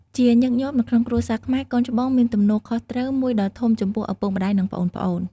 ជាញឹកញាប់ នៅក្នុងគ្រួសារខ្មែរ កូនច្បងមានទំនួលខុសត្រូវមួយដ៏ធំចំពោះឪពុកម្ដាយ និងប្អូនៗ។